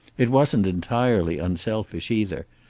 it wasn't entirely unselfish, either.